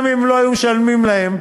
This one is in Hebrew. גם אם לא היו משלמים להם,